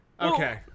Okay